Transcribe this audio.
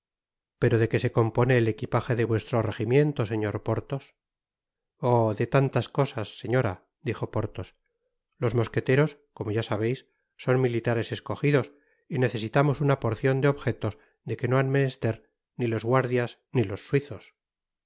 pero de que se compone el equipage de vuestro regimiento señor porthos oh de tanias cosas señora dijo porthos los mosqueteros como ya sabeis son militares escogidos y necesitamos una porcion de objetos de que no han menester ni los guardias ni los suizos